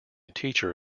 teacher